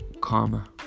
karma